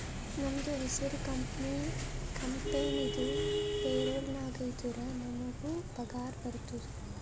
ನಮ್ದು ಹೆಸುರ್ ಕಂಪೆನಿದು ಪೇರೋಲ್ ನಾಗ್ ಇದ್ದುರೆ ನಮುಗ್ ಪಗಾರ ಬರ್ತುದ್